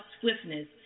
swiftness